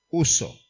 uso